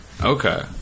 Okay